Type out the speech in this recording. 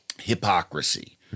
hypocrisy